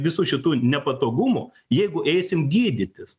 visų šitų nepatogumų jeigu eisim gydytis